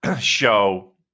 Show